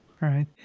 right